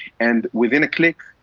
and within a click,